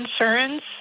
insurance